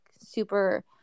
super